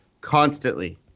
constantly